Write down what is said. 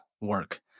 work